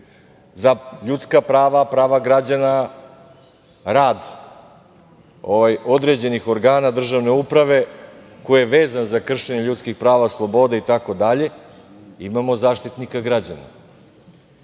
za ljudska prava, prava građana, rad određenih organa državne uprave koji je vezan za kršenje ljudskih prava, sloboda itd. imamo Zaštitnika građana.